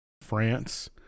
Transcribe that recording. France